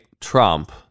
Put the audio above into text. Trump